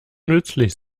nützlich